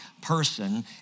person